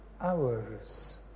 hours